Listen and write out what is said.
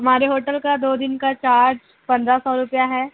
ہمارے ہوٹل کا دو دن کا چارج پندرہ سو روپیہ ہے